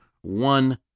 one